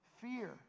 Fear